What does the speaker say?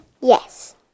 Yes